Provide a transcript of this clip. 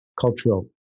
cultural